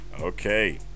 Okay